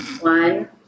one